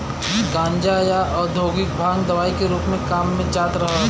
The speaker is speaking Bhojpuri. गांजा, या औद्योगिक भांग दवाई के रूप में काम में जात रहल